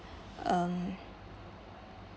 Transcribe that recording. um